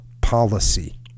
policy